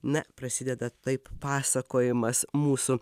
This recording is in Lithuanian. na prasideda taip pasakojimas mūsų